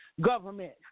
government